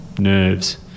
Nerves